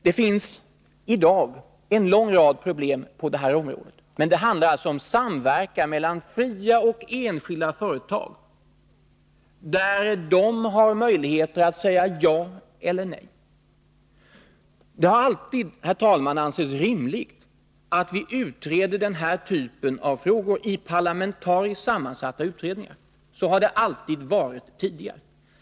Det finns i dag en lång rad problem på det här området, men det handlar alltså om samverkan mellan fria och enskilda företag, där de har möjligheter att säga ja eller nej. Det har alltid, herr talman, ansetts rimligt att vi utreder den här typen av frågor i parlamentariskt sammansatta utredningar. Så har det alltid varit tidigare.